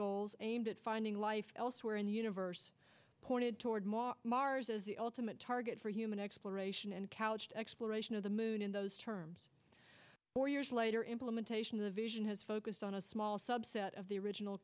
goals aimed at finding life elsewhere in the universe pointed toward more mars as the ultimate target for human exploration and couched exploration of the moon in those terms four years later implementation of the vision has focused on a small subset of the original